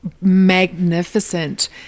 magnificent